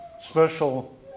special